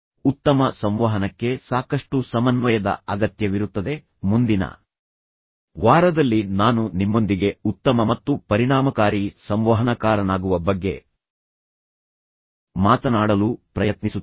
ಉತ್ತಮ ಸಂವಹನಕ್ಕೆ ಸಾಕಷ್ಟು ಸಮನ್ವಯದ ಅಗತ್ಯವಿರುತ್ತದೆ ಮುಂದಿನ ವಾರದಲ್ಲಿ ನಾನು ನಿಮ್ಮೊಂದಿಗೆ ಉತ್ತಮ ಮತ್ತು ಪರಿಣಾಮಕಾರಿ ಸಂವಹನಕಾರನಾಗುವ ಬಗ್ಗೆ ಮಾತನಾಡಲು ಪ್ರಯತ್ನಿಸುತ್ತೇನೆ